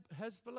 Hezbollah